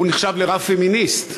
הוא נחשב לרב פמיניסט,